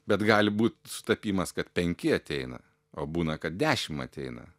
bet gali būt sutapimas kad penki ateina o būna kad dešim ateina